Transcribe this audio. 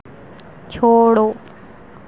छोड़ो